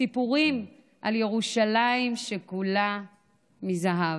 סיפורים על ירושלים שכולה מזהב.